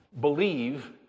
Believe